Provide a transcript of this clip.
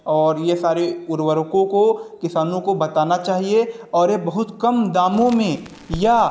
और ये सारी उर्वरकों को किसानों को बताना चाहिए और ये बहुत कम दामों में या